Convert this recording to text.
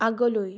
আগলৈ